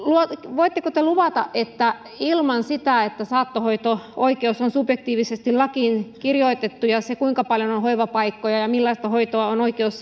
voitteko te luvata että ilman sitä että saattohoito oikeus on subjektiivisesti lakiin kirjoitettu ja se kuinka paljon on hoivapaikkoja ja millaista hoitoa on oikeus